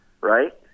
right